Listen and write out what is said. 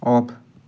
of